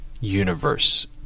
Universe